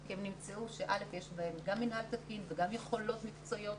כי הן נמצאו שיש בהן גם מינהל תקין וגם יכולות מקצועיות.